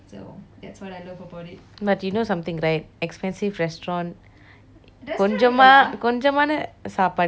but you know something by expensive restaurant கொஞ்சமா கொஞ்சமான சாப்பாடு ஆனா வேலை ரொம்ப:konjema konjemane saapadu aana velai rombe high ah இருக்கும்:irukkum